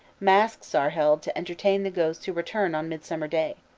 masques are held to entertain the ghosts who return on midsummer day.